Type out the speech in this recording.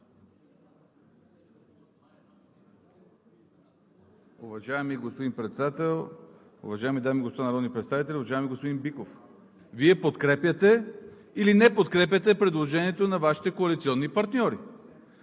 Уважаеми господин Председател, уважаеми дами и господа народни представители! Уважаеми господин Биков, Вие подкрепяте или не подкрепяте предложението на Вашите коалиционни партньори?